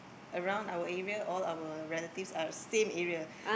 around our area all our relative are same area